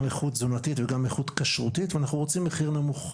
גם איכות תזונתית וגם איכות כשרותית ואנחנו רוצים מחיר נמוך,